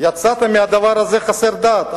יצאת מהדבר הזה חסר דת.